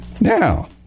Now